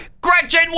Gretchen